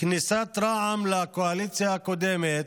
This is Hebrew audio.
כניסת רע"מ לקואליציה הקודמת,